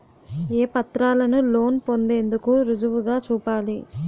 ఏ పత్రాలను లోన్ పొందేందుకు రుజువుగా చూపాలి?